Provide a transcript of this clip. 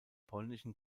polnischen